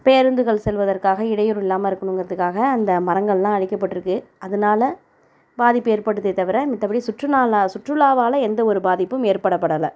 பேருந்துகள் செல்வதற்காக இடையூறு இல்லாமல் இருக்கணும்ங்றதுக்காக அந்த மரங்கள்லாம் அழிக்க பட்டுருக்கு அதனால பாதிப்பு ஏற்பட்டுதே தவிற மித்தப்படி சுற்றுலால சுற்றுலாவால் எந்த ஒரு பாதிப்பும் ஏற்பட படலை